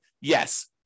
yes